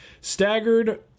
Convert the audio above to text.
Staggered